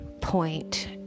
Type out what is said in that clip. point